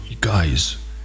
guys